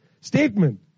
statement